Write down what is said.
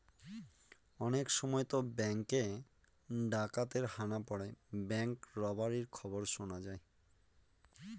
অনেক সময়তো ব্যাঙ্কে ডাকাতের হানা পড়ে ব্যাঙ্ক রবারির খবর শোনা যায়